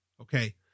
Okay